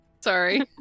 Sorry